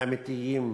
אמיתיים